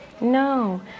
no